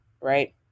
right